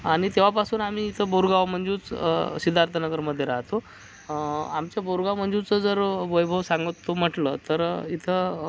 आणि तेव्हापासून आम्ही इथं बोरगाव मंजूच सिद्धार्थनगरमधे राहतो आमच्या बोरगाव मंजूचं जर वैभव सांगतो म्हटलं तर इथं